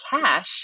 cash